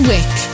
Wick